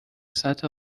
سطح